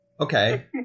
Okay